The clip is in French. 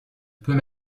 peux